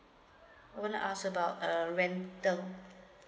want to ask about err rent term